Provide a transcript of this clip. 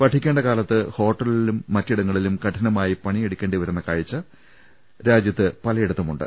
പഠിക്കേണ്ട കാലത്ത് ഹോട്ടലിലും മറ്റിടങ്ങളിലും കഠിനമായി പണിയെടുക്കേണ്ടിവരുന്ന കാഴ്ച രാജ്യത്ത് പല യിടത്തുമുണ്ട്